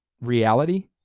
reality